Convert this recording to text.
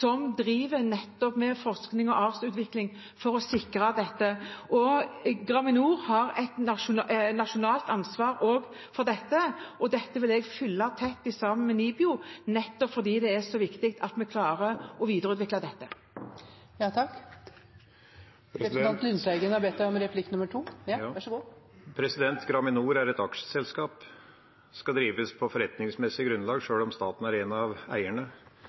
som driver nettopp med forskning og artsutvikling for å sikre dette. Graminor har et nasjonalt ansvar også for det. Dette vil jeg følge tett sammen med NIBIO, nettopp fordi det er så viktig at vi klarer å videreutvikle dette. Graminor er et aksjeselskap og skal drives på forretningsmessig grunnlag sjøl om staten er en av eierne.